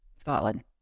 Scotland